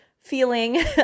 feeling